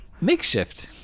Makeshift